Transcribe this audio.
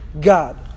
God